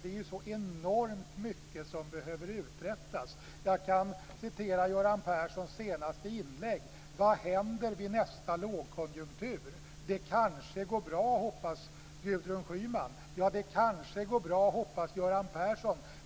Det är så enormt mycket som behöver uträttas. Göran Persson sade: Vad händer vid nästa lågkonjunktur? Det går bra, hoppas Gudrun Schyman. Också Göran Persson hoppas att det går bra.